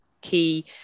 key